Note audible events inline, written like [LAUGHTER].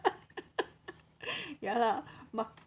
[LAUGHS] ya lah ma~